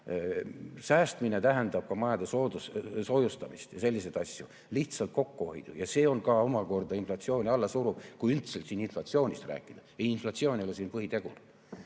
Säästmine tähendab ka majade soojustamist ja selliseid asju, lihtsalt kokkuhoidu. See on omakorda inflatsiooni alla suruv, kui üldse siin inflatsioonist rääkida. Inflatsioon ei ole siin põhitegur. Põhitegur